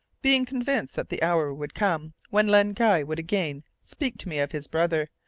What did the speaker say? being convinced that the hour would come when len guy would again speak to me of his brother,